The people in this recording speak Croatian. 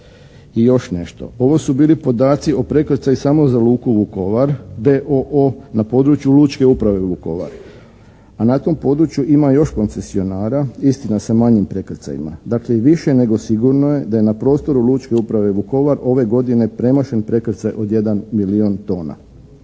I još nešto. Ovo su bili podaci o prekrcaju samo za luku Vukovar d.o.o. na području lučke uprave Vukovar. A na tom području ima još koncesionara, istina sa manjim prekrcajima. Dakle i više nego sigurno je da je na prostoru lučke uprave Vukovar ove godine premašen prekrcaj od jedan milijun tona.